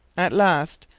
at last,